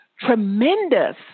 tremendous